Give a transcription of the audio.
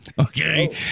Okay